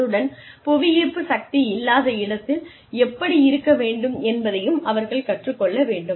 அத்துடன் புவி ஈர்ப்பு சக்தி இல்லாத இடத்தில் எப்படி இருக்க வேண்டும் என்பதையும் அவர்கள் கற்றுக் கொள்ள வேண்டும்